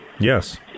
Yes